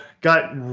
got